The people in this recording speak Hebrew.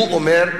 הוא אומר,